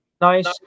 nice